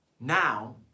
Now